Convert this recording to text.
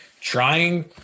trying